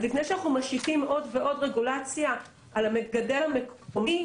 אז לפני שאנחנו משיטים עוד ועוד רגולציה על המגדל המקומי,